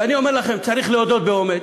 ואני אומר לכם, צריך להודות באומץ,